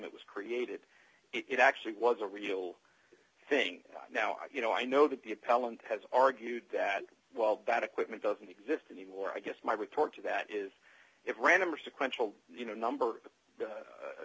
it was created it actually was a real thing now you know i know that the appellant has argued that while that equipment doesn't exist anymore i guess my retort to that is it random or sequential you know number